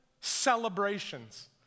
celebrations